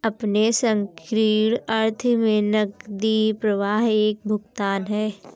अपने संकीर्ण अर्थ में नकदी प्रवाह एक भुगतान है